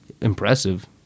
impressive